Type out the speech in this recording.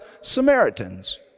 Samaritans